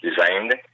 designed